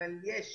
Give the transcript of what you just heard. אבל יש,